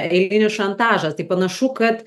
eilinis šantažas tai panašu kad